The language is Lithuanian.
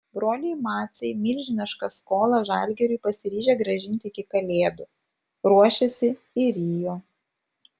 broliai maciai milžinišką skolą žalgiriui pasiryžę grąžinti iki kalėdų ruošiasi į rio